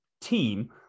team